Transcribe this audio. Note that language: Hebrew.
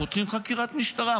פותחים חקירת משטרה.